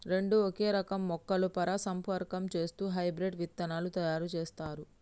రెండు ఒకే రకం మొక్కలు పరాగసంపర్కం చేస్తూ హైబ్రిడ్ విత్తనాలు తయారు చేస్తారు